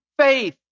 faith